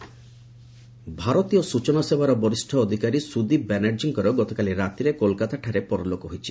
ସୁଦୀପ୍ ଡାଏଡ୍ ଭାରତୀୟ ସୂଚନା ସେବାର ବରିଷ୍ଣ ଅଧିକାରୀ ସୁଦୀପ ବାନାର୍ଜୀଙ୍କର ଗତକାଲି ରାତିରେ କଲକାତାଠାରେ ପରଲୋକ ଘଟିଛି